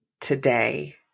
today